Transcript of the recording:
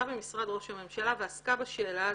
במשרד ראש הממשלה ועסקה בשאלה הזאת.